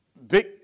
Big